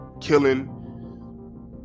killing